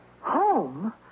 Home